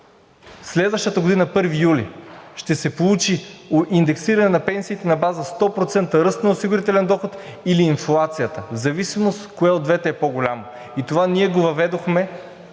„Следващата година – 1 юли, ще се получи индексиране на пенсиите на база 100% ръст на осигурителен доход или инфлацията, в зависимост кое от двете е по-голямо.“ И това ние го въведохме